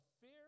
fear